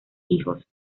hijos